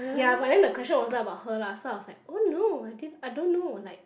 ya but then question wasn't about her lah so I was like oh no I didn't I don't know like